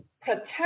protect